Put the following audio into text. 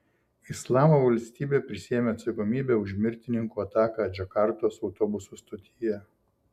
islamo valstybė prisiėmė atsakomybę už mirtininkų ataką džakartos autobusų stotyje